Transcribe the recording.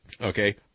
Okay